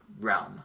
realm